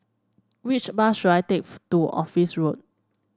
which bus should I take to Office Road